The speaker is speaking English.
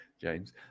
James